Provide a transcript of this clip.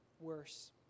worse